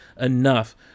enough